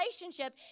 relationship